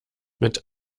mit